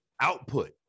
output